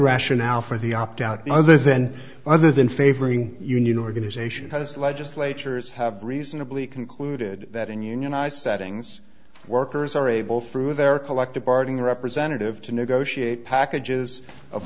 rationale for the opt out other then other than favoring union organization has legislatures have reasonably concluded that in unionized settings workers are able through their collective bargaining representative to negotiate packages of